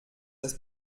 das